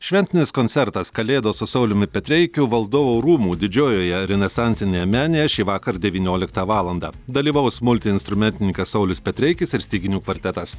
šventinis koncertas kalėdos su sauliumi petreikiu valdovų rūmų didžiojoje renesansinėje menėje šįvakar devynioliktą valandą dalyvaus multiinstrumentininkas saulius petreikis ir styginių kvartetas